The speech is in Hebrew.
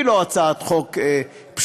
היא לא הצעת חוק פשוטה,